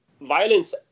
Violence